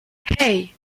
hey